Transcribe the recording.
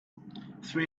three